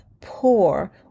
poor